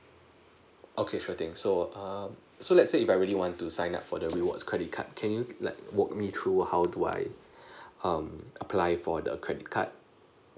okay sure thing so err so let's say if I really want to sign up for the reward credit card can you like walk me through how do I um apply for the credit card